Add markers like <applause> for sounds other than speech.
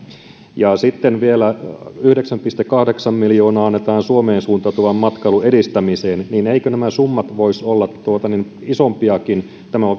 ja sitten vielä yhdeksän pilkku kahdeksan miljoonaa annetaan suomeen suuntautuvan matkailun edistämiseen eivätkö nämä summat voisi olla isompiakin tämä on <unintelligible>